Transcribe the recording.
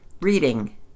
reading